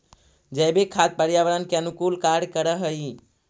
जैविक खाद पर्यावरण के अनुकूल कार्य कर हई